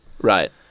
right